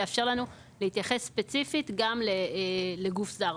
שיאפשר לנו להתייחס ספציפית גם לגוף זר,